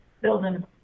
building